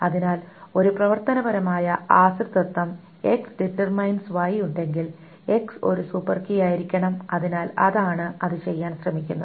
അതിനാൽ ഒരു പ്രവർത്തനപരമായ ആശ്രിതത്വം X→Y ഉണ്ടെങ്കിൽ X ഒരു സൂപ്പർ കീ ആയിരിക്കണം അതിനാൽ അതാണ് അത് ചെയ്യാൻ ശ്രമിക്കുന്നത്